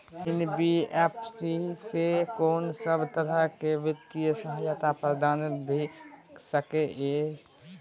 NBFC स कोन सब तरह के वित्तीय सहायता प्रदान भ सके इ? इ